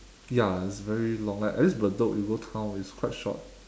ya it's very long like at least bedok you go town is quite short